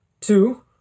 two